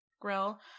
Grill